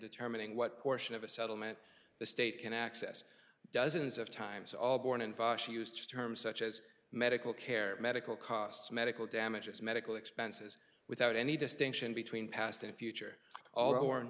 determining what portion of a settlement the state can access dozens of times all born and she used terms such as medical care medical costs medical damages medical expenses without any distinction between past and future all